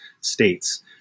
states